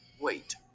Wait